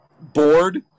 board